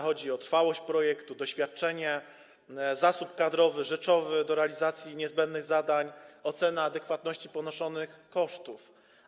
Chodzi o trwałość projektu, doświadczenie, zasób kadrowy, rzeczowy do realizacji niezbędnych zadań, ocenę adekwatności ponoszonych kosztów.